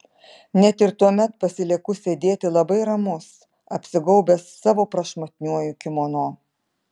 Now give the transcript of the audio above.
net ir tuomet pasilieku sėdėti labai ramus apsigaubęs savo prašmatniuoju kimono